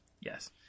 Yes